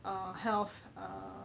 uh health uh